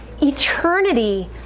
eternity